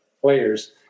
players